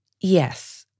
Yes